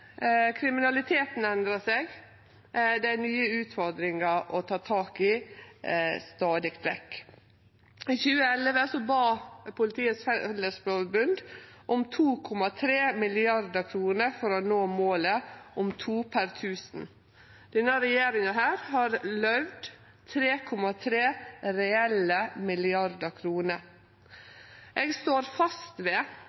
kriminaliteten endrar seg. Det er nye utfordringar å ta tak i stadig vekk. I 2011 bad Politiets Fellesforbund om 2,3 mrd. kr for å nå målet om to per tusen. Denne regjeringa har løyvd 3,3 reelle mrd. kr. Eg står fast ved